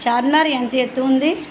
చార్మినార్ ఎంత ఎత్తు ఉంది